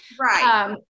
Right